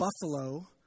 buffalo